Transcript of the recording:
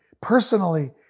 personally